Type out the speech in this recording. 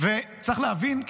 צריך להבין,